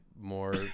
more